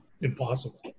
impossible